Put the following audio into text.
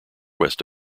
west